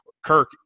Kirk